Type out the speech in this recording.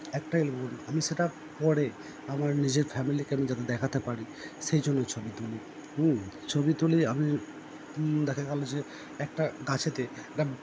একটাই আমি সেটা পরে আমার নিজের ফ্যামিলিকে আমি যাতে দেখাতে পারি সেই জন্যই ছবি তুলি ছবি তুলি আমি দেখা গেলো যে একটা গাছেতে একটা